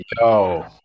Yo